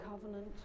covenant